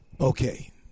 Okay